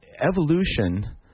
evolution